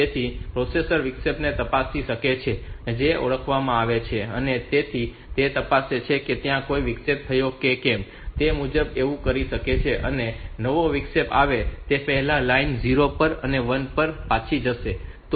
તેથી પ્રોસેસર વિક્ષેપને તપાસી શકે છે જે ઓળખવામાં આવે છે અને તેથી તે તપાસે છે કે ત્યાં કોઈ વિક્ષેપ થયો છે કે કેમ અને તે મુજબ તે એવું કરી શકે છે અને નવો વિક્ષેપ આવે તે પહેલાં લાઇન 0 પર અને 1 પર પાછી જવી જોઈએ